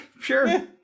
Sure